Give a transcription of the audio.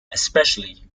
especially